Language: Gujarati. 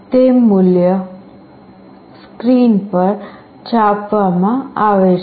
તે મૂલ્ય સ્ક્રીન પર છાપવામાં આવે છે